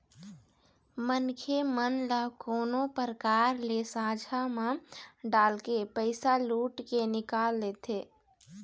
मनखे मन ल कोनो परकार ले झांसा म डालके पइसा लुट के निकाल लेथें